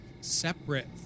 separate